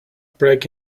break